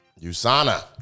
Usana